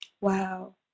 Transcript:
Wow